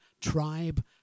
tribe